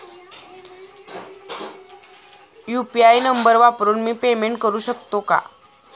UPI number वापरून मी payment करू शकते का?